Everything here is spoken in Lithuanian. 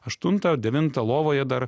aštuntą devintą lovoje dar